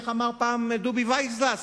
איך אמר פעם דובי וייסגלס?